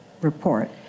report